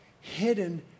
hidden